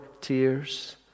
tears